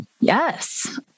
Yes